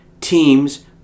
teams